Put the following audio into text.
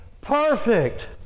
perfect